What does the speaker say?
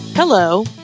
Hello